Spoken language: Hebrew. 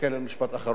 משפט אחרון.